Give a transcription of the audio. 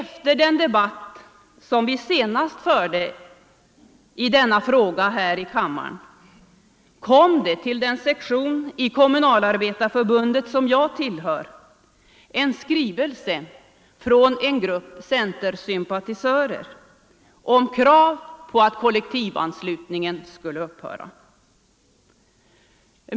Efter den debatt som vi senast förde i denna fråga här i kammaren kom det till den sektion i Kommunalarbetareförbundet, som jag tillhör, en skrivelse från en grupp centersympatisörer om krav på att kollektivanslutningen skulle upphöra.